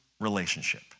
relationship